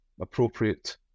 appropriate